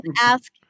ask